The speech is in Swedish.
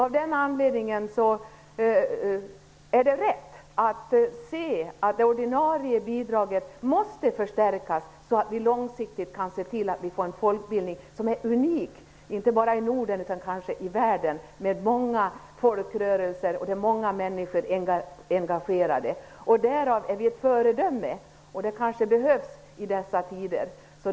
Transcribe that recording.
Av den anledningen är det rätt att kräva att det ordinarie bidraget ökas så att vi långsiktigt kan se till att vi får en folkbildning som är unik inte bara i Norden utan kanske i världen med många folkrörelser och många engagerade människor. Därmed är vi ett föredöme. Det kanske behövs i dessa tider.